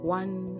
one